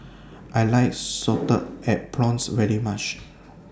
I like Salted Egg Prawns very much